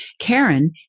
Karen